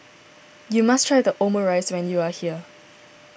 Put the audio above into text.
you must try Omurice when you are here